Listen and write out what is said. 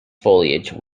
foliage